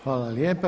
Hvala lijepa.